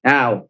Now